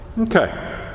Okay